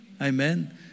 Amen